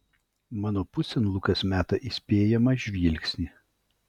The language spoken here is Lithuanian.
mano pusėn lukas meta įspėjamą žvilgsnį